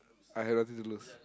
I had nothing to lose